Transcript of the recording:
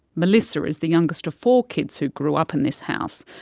melissa is the youngest of four kids who grew up in this house.